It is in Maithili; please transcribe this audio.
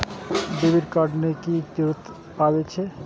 डेबिट कार्ड के की जरूर आवे छै?